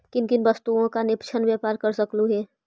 किन किन वस्तुओं का निष्पक्ष व्यापार कर सकलू हे